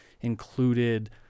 included